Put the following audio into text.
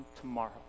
tomorrow